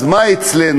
אז מה אצלנו?